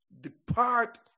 Depart